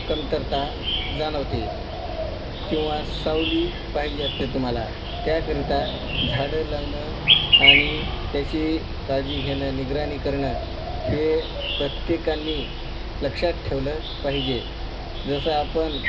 कमतरता जाणवते किंवा सावली पाहिजे असते तुम्हाला त्याकरिता झाडं लावणं आणि त्याची काळजी घेणं निगराणी करणं हे प्रत्येकाने लक्षात ठेवलं पाहिजे जसं आपण